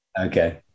okay